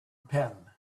pen